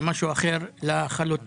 זה משהו אחר לחלוטין,